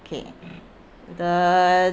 okay the